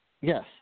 yes